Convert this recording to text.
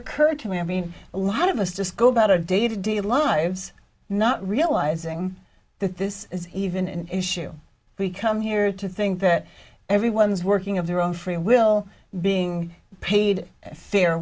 occurred to me i mean a lot of us just go about our day to day lives not realizing that this is even an issue we come here to think that everyone's working of their own free will being paid